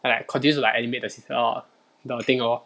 and like continues to like animate the seas~ err the thing lor